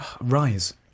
rise